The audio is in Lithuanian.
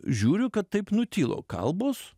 žiūriu kad taip nutilo kalbos